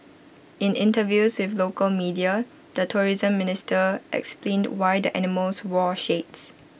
in interviews with local media the tourism minister explained why the animals wore shades